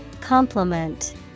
Complement